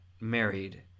married